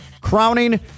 crowning